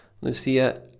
Lucia